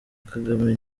kagame